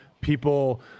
people